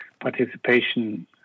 participation